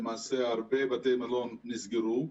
למעשה, הרבה בתי מלון נסגרו.